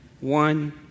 one